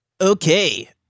okay